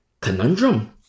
conundrum